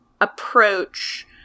approach –